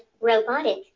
robotic